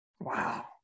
Wow